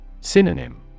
Synonym